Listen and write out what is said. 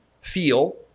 feel